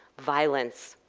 violence.